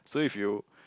so if you